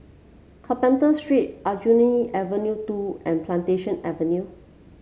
Carpenter Street Aljunied Avenue Two and Plantation Avenue